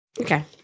Okay